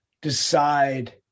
decide